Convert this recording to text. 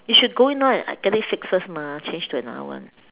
you should go in now and like get it fixed first mah change to another one